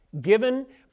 given